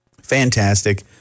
Fantastic